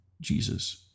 Jesus